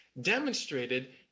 demonstrated